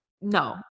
no